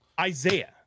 Isaiah